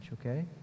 okay